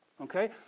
okay